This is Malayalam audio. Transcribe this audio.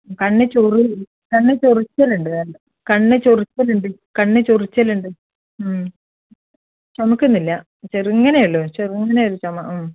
കണ്ണ് ചൊറി കണ്ണ് ചൊറിച്ചിലുണ്ട് കണ്ണ് ചൊറിച്ചിലുണ്ട് കണ്ണ് ചൊറിച്ചിലുണ്ട് ചുമക്കുന്നില്ല ചെറുങ്ങനേയുളളൂ ചെറുങ്ങനെയൊരു ചുമ